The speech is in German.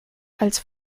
als